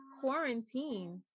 quarantined